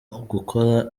ugukora